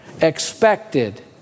expected